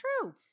true